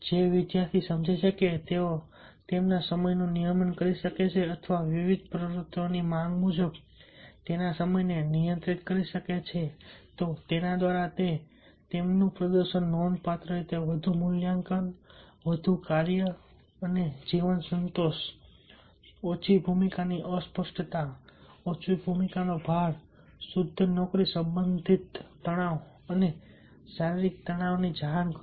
જે વિદ્યાર્થીઓ સમજે છે કે તેઓ તેમના સમયનું નિયમન કરી શકે છે અથવા વિવિધ પ્રવૃત્તિઓની માંગ મુજબ તેમના સમયને નિયંત્રિત કરી શકે છે તેના દ્વારા તેઓએ તેમના પ્રદર્શનનું નોંધપાત્ર રીતે વધુ મૂલ્યાંકન વધુ કાર્ય અને જીવન સંતોષ ઓછી ભૂમિકાની અસ્પષ્ટતા ઓછી ભૂમિકાનો ભાર અને શુદ્ધ નોકરી સંબંધિત તણાવ અને શારીરિક તણાવની જાણ કરી